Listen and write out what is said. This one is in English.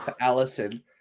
Allison